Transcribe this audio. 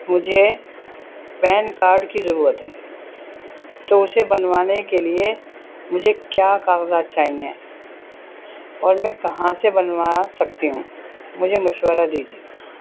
مجھے PAN card کی ضرورت ہے تو اسے بنوانے کے لیے مجھے کیا کاغذات چاہئیں اور میں کہاں سے بنوا سکتی ہوں مجھے مشورہ دیجیے